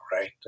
right